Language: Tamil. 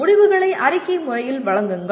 முடிவுகளை அறிக்கை முறையில் வழங்குங்கள்